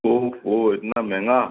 ओफ़्फ़ो इतना महंगा